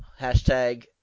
Hashtag